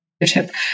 leadership